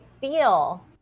feel